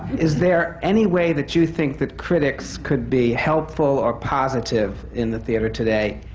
is there any way that you think that critics could be helpful or positive in the theatre today?